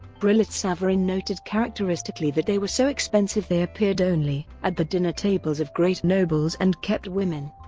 brillat-savarin noted characteristically that they were so expensive they appeared only at the dinner tables of great nobles and kept women.